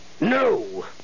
No